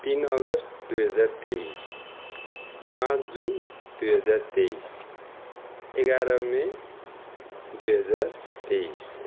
तिन अगस्त दुई हजार तेइस पाँच जुन दुई हजार तेइस एघार मई दुई हजार तेइस